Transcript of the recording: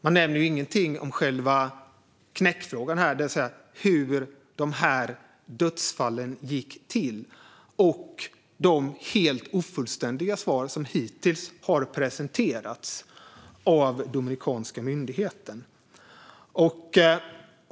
Man nämner ingenting om själva knäckfrågan här om hur de dödsfallen gick till och de helt ofullständiga svar som hittills har presenterats av dominikanska myndigheten. Fru talman!